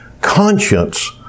conscience